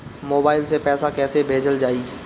Mobile से पैसा कैसे भेजल जाइ?